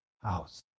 house